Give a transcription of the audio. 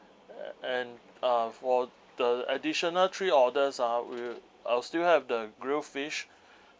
and uh for the additional three orders ah we I'll still have the grilled fish